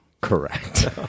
correct